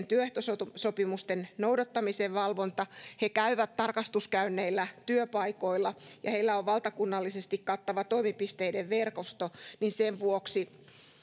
työehtosopimusten noudattamisen valvonta he käyvät tarkastuskäynneillä työpaikoilla ja heillä on valtakunnallisesti kattava toimipisteiden verkosto niin sen vuoksi